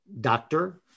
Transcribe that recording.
doctor